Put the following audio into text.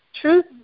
Truth